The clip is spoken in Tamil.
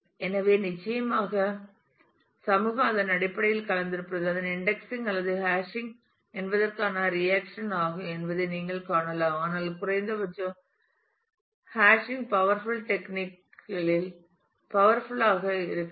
எனவே நிச்சயமாக சமூகம் அதன் அடிப்படையில் கலந்திருப்பது அதன் இன்டெக்ஸிங் அல்லது ஹேஷிங் என்பதற்கான ரிஆக்சன் ஆகும் என்பதை நீங்கள் காணலாம் ஆனால் குறைந்த பட்சம் ஹேஷிங் பவர்ஃபுல் டெக்னிக் களில் பவர்ஃபுல் ஆக இருக்கிறது